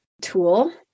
tool